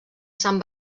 sant